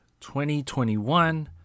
2021